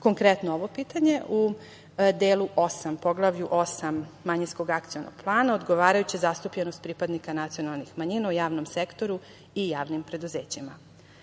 Konkretno, ovo pitanje u Poglavlju 8 manjinskog akcionog plana, odgovarajuća zastupljenost pripadnika nacionalnih manjina u javnom sektoru i javnim preduzećima.U